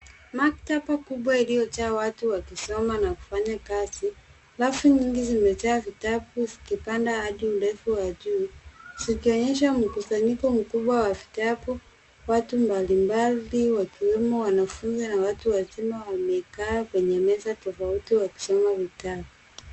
Maktaba kubwa iliyojaa watu wakisoma na kufanya kazi. Rafu nyingi zimejaa vitabu zikipanda hadi urefu wa juu, zikionyesha mkusanyiko mkubwa wa vitabu. Watu mbalimbali wakiwemo wanafunzi na watu wazima wamekaa kwenye meza tofauti wakisoma vitabu.